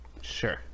sure